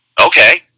okay